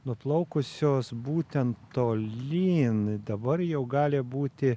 nuplaukusios būtent tolyn dabar jau gali būti